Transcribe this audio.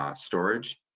um storage,